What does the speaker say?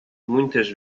muitas